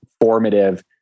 formative